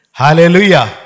hallelujah